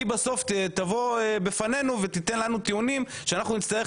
היא בסוף תבוא בפנינו ותיתן לנו טיעונים שאנחנו נצטרך